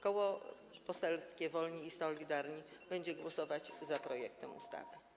Koło Poselskie Wolni i Solidarni będzie głosować za projektem ustawy.